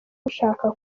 gushaka